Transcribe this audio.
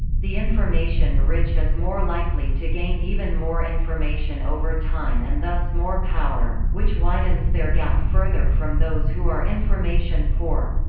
the information rich is more likely to gain even more information over time and thus more power, which widens their gap further from those who are information poor.